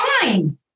fine